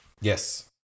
Yes